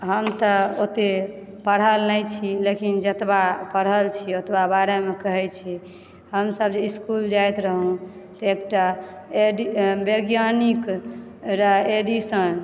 हम तऽ ओते पढ़ल नहि छी लेकिन जतबा पढ़ल छी ओतबे बारेमे कहै छी हमसभ जे इसकुल जाइत रहौं तऽ एकटा वैज्ञानिक रहय एडिसन